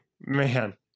man